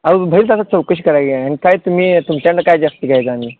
अव बाहेर जरा चौकशी करा की आणि काय तुम्ही तुमच्याकडनं काय जास्त घ्यायचं आम्ही